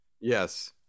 Yes